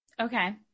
Okay